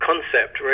concept